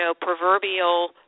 proverbial